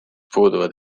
puuduvad